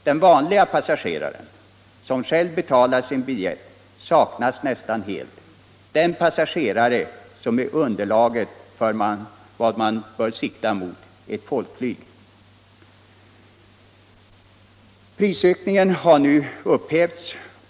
Den vanliga flygpassageraren som själv betalar sin biljett, alltså den passagerare som är underlaget för vad man bör . sikta mot, nämligen ett folkflyg, saknas nästan helt.